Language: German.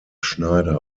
schneider